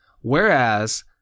Whereas